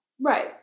Right